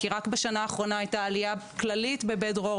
כי רק בשנה האחרונה הייתה עלייה כללית בבית דרור